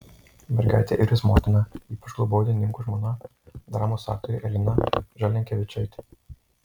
mergaitę ir jos motiną ypač globojo dainininko žmona dramos aktorė elena žalinkevičaitė